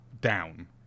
down